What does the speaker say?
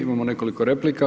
Imamo nekoliko replika.